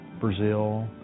Brazil